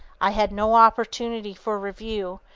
i had no opportunity for review,